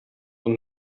und